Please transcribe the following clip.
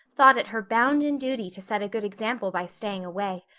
thought it her bounden duty to set a good example by staying away.